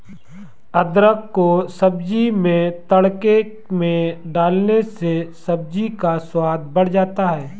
अदरक को सब्जी में तड़के में डालने से सब्जी का स्वाद बढ़ जाता है